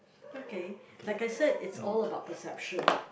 okay like I said it's all about perception